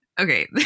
Okay